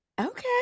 Okay